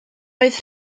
oedd